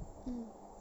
mm